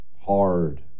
hard